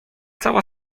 cała